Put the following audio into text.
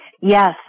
Yes